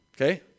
Okay